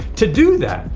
to do that.